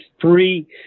three